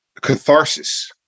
catharsis